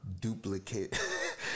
duplicate